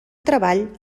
treball